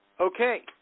Okay